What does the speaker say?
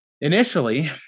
initially